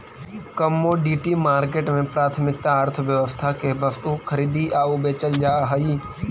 commodity market में प्राथमिक अर्थव्यवस्था के वस्तु खरीदी आऊ बेचल जा हइ